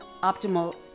optimal